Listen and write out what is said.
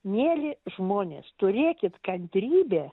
mieli žmonės turėkit kantrybę